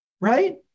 right